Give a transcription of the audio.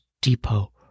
Depot